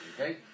okay